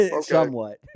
somewhat